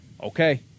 Okay